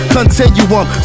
Continuum